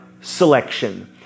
selection